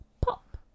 pop